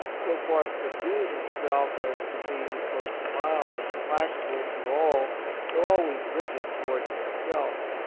so far subdued himself as to be most mild and placable to all though always rigid towards himself.